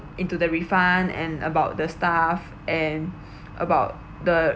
into the refund and about the staff and about the